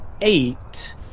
eight